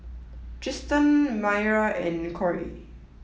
Trystan Mayra and Corry